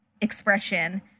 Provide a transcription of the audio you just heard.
expression